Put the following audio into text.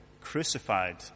crucified